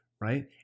right